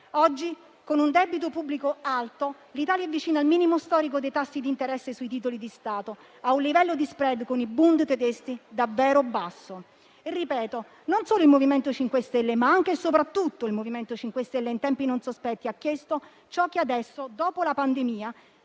Oggi, con un debito pubblico alto, l'Italia è vicina al minimo storico dei tassi d'interesse sui titoli di Stato e ha un livello di *spread* con i *bund* tedeschi davvero basso. Lo ripeto: non solo il MoVimento 5 Stelle, ma anche e soprattutto il MoVimento 5 Stelle, in tempi non sospetti, ha chiesto ciò che adesso, dopo la pandemia,